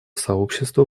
сообщества